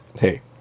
hey